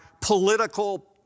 political